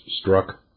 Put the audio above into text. struck